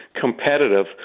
competitive